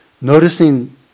noticing